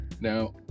Now